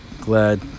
glad